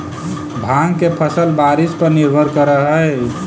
भाँग के फसल बारिश पर निर्भर करऽ हइ